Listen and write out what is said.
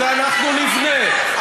אנחנו נבנה,